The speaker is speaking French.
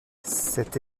cette